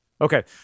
Okay